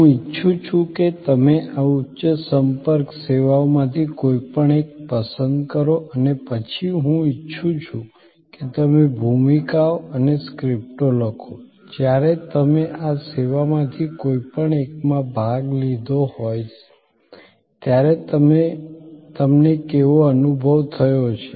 હું ઈચ્છું છું કે તમે આ ઉચ્ચ સંપર્ક સેવાઓમાંથી કોઈપણ એક પસંદ કરો અને પછી હું ઈચ્છું છું કે તમે ભૂમિકાઓ અને સ્ક્રિપ્ટો લખો જ્યારે તમે આ સેવામાંથી કોઈ એકમાં ભાગ લીધો હોય ત્યારે તમને કેવો અનુભવ થયો છે